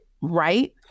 Right